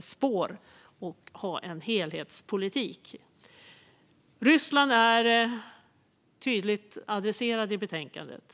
spår och ha en helhetspolitik. Ryssland är tydligt adresserat i betänkandet.